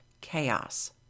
chaos